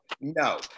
no